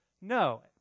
No